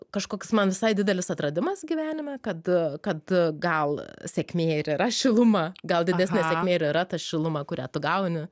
kažkoks man visai didelis atradimas gyvenime kad kad gal sėkmė ir yra šiluma gal didesnė sėkmė ir yra ta šiluma kurią tu gauni